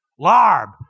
LARB